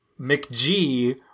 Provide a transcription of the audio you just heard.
McG